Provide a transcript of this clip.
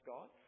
God